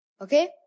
okay